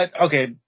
Okay